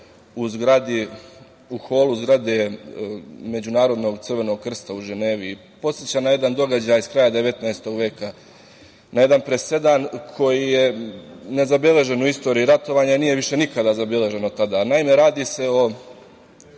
u zgradi, u holu zgrade međunarodnog Crvenog krsta u Ženevi. Podsećam na jedan događaj sa kraja 19. veka, na jedan presedan koji je ne zabeležen u istoriji ratovanja i nije više nikada zabeležen od tada. Naime, radi se o